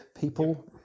people